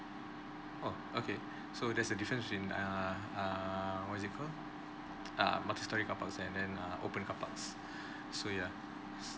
oh okay so there's a different between err err what is it called uh multi story carparks and then uh open carparks so yeah